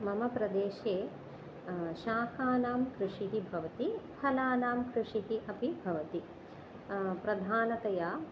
मम प्रदेशे शाकानां कृषिः भवति फलानां कृषिः अपि भवति प्रधानतया